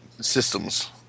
systems